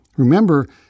Remember